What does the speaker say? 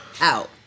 out